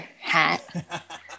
hat